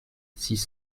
six